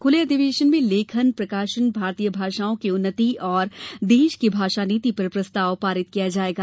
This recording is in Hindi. खूले अधिवेशन में लेखन प्रकाशन भारतीय भाषाओं की उन्नति और देश की भाषा नीति पर प्रस्ताव पारित किया जाएगा